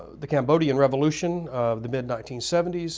the cambodian revolution of the mid nineteen seventy s,